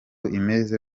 imeze